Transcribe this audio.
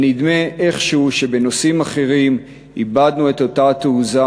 אבל נדמה איכשהו שבנושאים אחרים איבדנו את אותה תעוזה